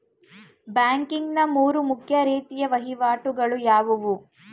Banking ನ ಮೂರು ಮುಖ್ಯ ರೀತಿಯ ವಹಿವಾಟುಗಳು ಯಾವುವು?